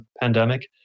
pandemic